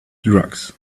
drugs